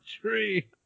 tree